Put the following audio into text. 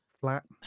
flat